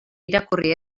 irakurri